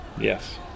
Yes